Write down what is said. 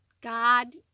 God